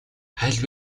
аль